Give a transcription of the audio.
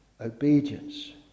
obedience